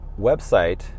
website